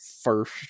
first